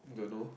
don't know